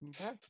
Okay